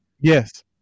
Yes